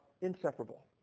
inseparable